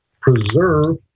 preserve